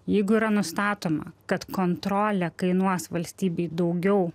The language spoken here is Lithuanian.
jeigu yra nustatoma kad kontrolė kainuos valstybei daugiau